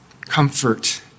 Comfort